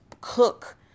cook